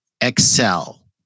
excel